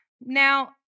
Now